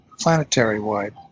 planetary-wide